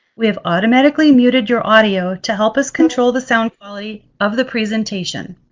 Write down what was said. we have automatically muted your audio to help us control the sound quality of the presentation.